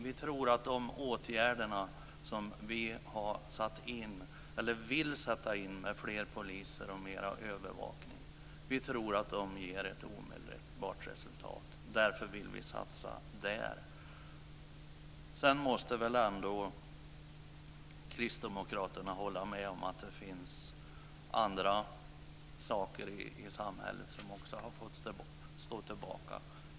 Vi tror att de åtgärder som vi vill sätta in med fler poliser och mer övervakning ger ett omedelbart resultat. Därför vill vi satsa på det. Sedan måste väl ändå Kristdemokraterna hålla med om att det finns andra saker i samhället som också har fått stå tillbaka.